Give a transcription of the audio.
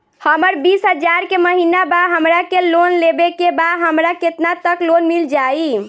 हमर बिस हजार के महिना बा हमरा के लोन लेबे के बा हमरा केतना तक लोन मिल जाई?